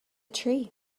tree